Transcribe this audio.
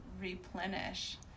replenish